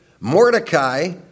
Mordecai